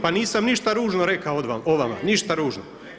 Pa nisam ništa ružno rekao o vama, ništa ružno.